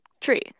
tree